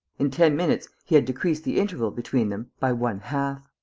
in ten minutes he had decreased the interval between them by one half.